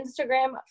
Instagram